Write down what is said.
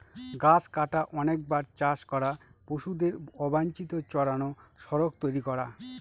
গাছ কাটা, অনেকবার চাষ করা, পশুদের অবাঞ্চিত চড়ানো, সড়ক তৈরী করা